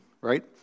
right